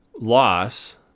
loss